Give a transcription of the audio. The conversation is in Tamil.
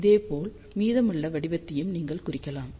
இதேபோல் மீதமுள்ள வடிவத்தையும் நீங்கள் குறிக்கலாம்